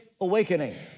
awakening